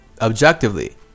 Objectively